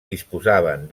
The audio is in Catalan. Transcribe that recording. disposaven